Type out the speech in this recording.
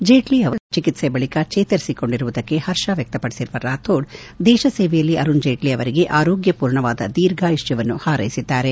ಜೇಟ್ಲ ಅವರು ಶಸ್ತ್ರ ಚಿಕಿತ್ಸೆ ಬಳಿಕ ಚೇತರಿಸಿಕೊಂಡಿರುವುದಕ್ಕೆ ಪರ್ಷ ವ್ವಕ್ಷಪಡಿಸಿರುವ ರಾಥೋಡ್ ದೇಶ ಸೇವೆಯಲ್ಲಿ ಅರುಣ್ ಜೇಟ್ಲ ಅವರಿಗೆ ಆರೋಗ್ಯ ಪೂರ್ಣವಾದ ದೀರ್ಘಾಯುಷ್ಯವನ್ನು ಹಾರೈಸಿದ್ದಾರೆ